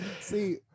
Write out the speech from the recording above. See